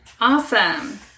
Awesome